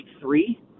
three